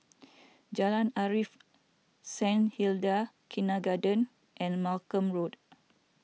Jalan Arif Saint Hilda's Kindergarten and Malcolm Road